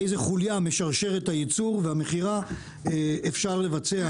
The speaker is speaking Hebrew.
באיזו חוליה משרשרת הייצור והמכירה אפשר לבצע?